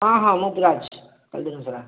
ହଁ ହଁ ପୁରା ଅଛି ଆଜି ଦିନ ସାରା